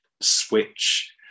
switch